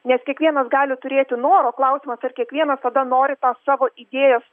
nes kiekvienas gali turėti noro klausimas ar kiekvienas tada nori tas savo idėjas